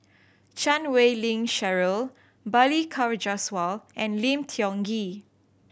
Chan Wei Ling Cheryl Balli Kaur Jaswal and Lim Tiong Ghee